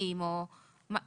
כמו שאתם יכולים לראות,